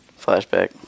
flashback